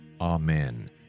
Amen